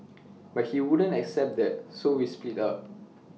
but he wouldn't accept that so we split up